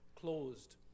closed